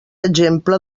exemple